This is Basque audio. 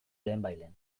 lehenbailehen